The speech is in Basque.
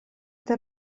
eta